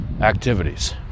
activities